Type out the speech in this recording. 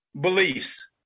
beliefs